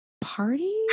party